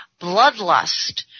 bloodlust